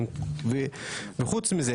וחוץ מזה,